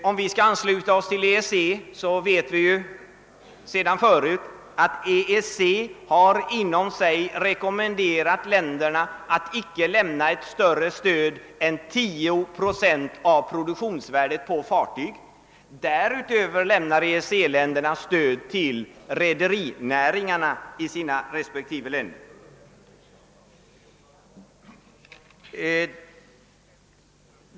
Om vi skall ansluta oss till EEC, så vet vi sedan tidigare att man där rekommenderat länderna att inte lämna större stöd än 10 procent av fartygsproduktionens värde. Därutöver lämnar EEC-länderna stöd till rederinäringarna i respektive länder.